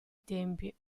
tempi